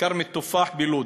כרם-אלתופאח בלוד,